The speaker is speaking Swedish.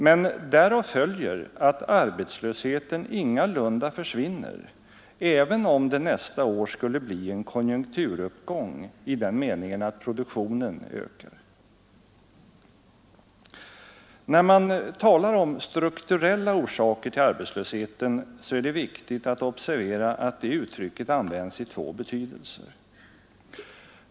Men därav följer att arbetslösheten ingalunda försvinner, även om det nästa år skulle bli en konjunkturuppgång i den meningen att produktionen ökar. När man talar om strukturella orsaker till arbetslösheten är det viktigt att observera att det uttrycket används i två betydelser.